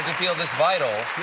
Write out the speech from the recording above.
feel this vital.